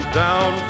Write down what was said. down